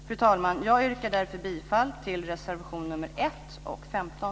Fru talman! Jag yrkar därför bifall till reservationerna nr 1 och 15.